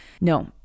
No